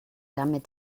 damit